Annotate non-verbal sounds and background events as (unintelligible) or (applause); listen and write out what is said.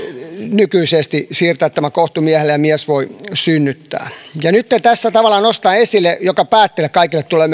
nykyään siirtää kohtu miehelle ja mies voi synnyttää ja nytten tässä tavallaan nostetaan esille tämä lehti myös kaikille päättäjille tulee (unintelligible)